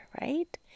right